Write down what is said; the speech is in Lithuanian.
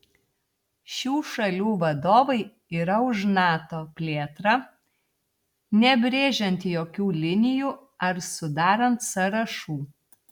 šių šalių vadovai yra už nato plėtrą nebrėžiant jokių linijų ar sudarant sąrašų